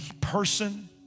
person